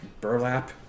burlap